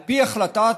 על פי החלטת